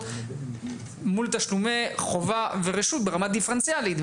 מול תשלומי חובה ורשות ברמה דיפרנציאלית.